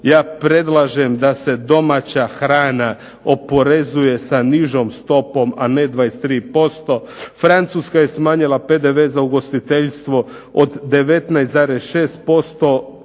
Ja predlažem da se domaća hrana oporezuje sa nižom stopom, a ne 23% Francuska je smanjila PDV za ugostiteljstvo od 19,6%